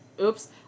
Oops